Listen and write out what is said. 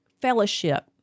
fellowship